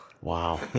wow